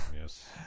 yes